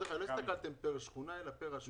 כלומר לא הסתכלתם פר שכונה אלא פר רשות.